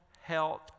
health